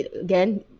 again